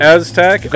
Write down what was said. Aztec